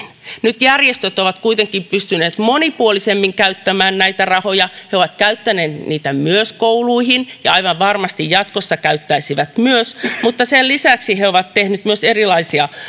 nyt järjestöt ovat kuitenkin pystyneet monipuolisemmin käyttämään näitä rahoja ne ovat käyttäneet niitä myös kouluihin ja aivan varmasti myös jatkossa käyttäisivät mutta sen lisäksi ne ovat tehneet myös erilaista